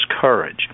courage